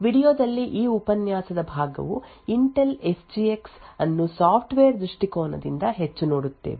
ವೀಡಿಯೊದಲ್ಲಿ ಈ ಉಪನ್ಯಾಸದ ಭಾಗವು ಇಂಟೆಲ್ ಎಸ್ಜಿಎಕ್ಸ್ ಅನ್ನು ಸಾಫ್ಟ್ವೇರ್ ದೃಷ್ಟಿಕೋನದಿಂದ ಹೆಚ್ಚು ನೋಡುತ್ತೇವೆ